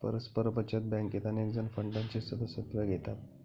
परस्पर बचत बँकेत अनेकजण फंडाचे सदस्यत्व घेतात